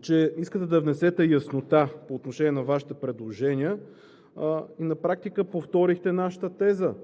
че искате да внесете яснота по отношение на Вашите предложения. На практика повторихте нашата теза,